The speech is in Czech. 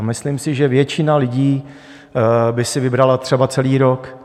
Myslím si, že většina lidí by si vybrala třeba celý rok.